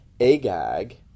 Agag